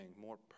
more